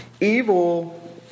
Evil